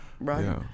right